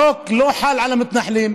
החוק לא חל על המתנחלים,